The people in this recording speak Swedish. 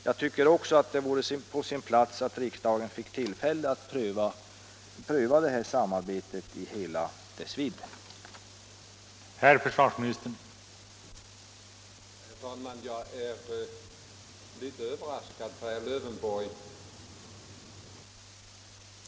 Jag tycker också att det vore på sin plats att riksdagen fick tillfälle att pröva frågan om det här samarbetet i hela dess vidd.